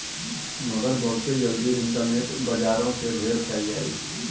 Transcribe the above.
मगर बहुते जल्दी इन्टरनेट बजारो से ढेर फैल जाई